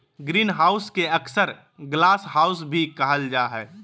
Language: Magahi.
ग्रीनहाउस के अक्सर ग्लासहाउस भी कहल जा हइ